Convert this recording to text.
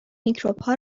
میکروبها